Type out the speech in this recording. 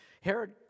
Herod